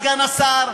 סגן השר,